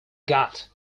got